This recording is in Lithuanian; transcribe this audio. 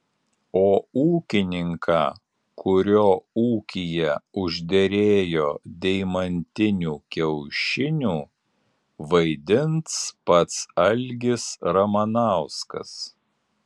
o ūkininką kurio ūkyje užderėjo deimantinių kiaušinių vaidins pats algis ramanauskas